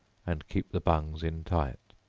and keep the bungs in tight.